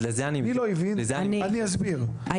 אני אסביר,